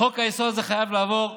חוק-היסוד הזה חייב לעבור היום.